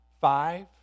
Five